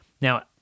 Now